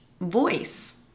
voice